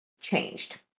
changed